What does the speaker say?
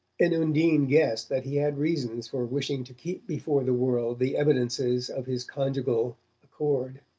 and undine guessed that he had reasons for wishing to keep before the world the evidences of his conjugal accord.